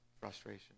frustration